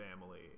family